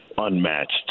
unmatched